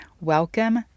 Welcome